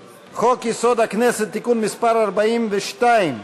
חוק-יסוד: הכנסת (תיקון מס' 42)